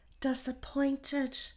disappointed